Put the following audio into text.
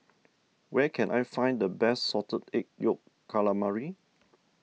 where can I find the best Salted Egg Yolk Calamari